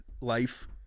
life